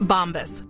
Bombas